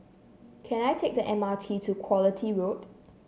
can I take the M R T to Quality Road